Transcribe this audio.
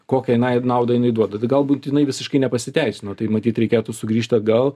kokia jinai naudą jinai duoda galbūt jinai visiškai nepasiteisino tai matyt reikėtų sugrįžt atgal